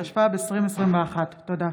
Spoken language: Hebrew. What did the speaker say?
התשפ"ב 2021. תודה.